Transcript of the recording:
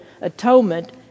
atonement